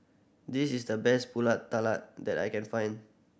this is the best Pulut Tatal that I can find